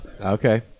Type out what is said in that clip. Okay